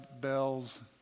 bells